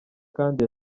kandi